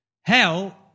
Hell